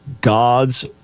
God's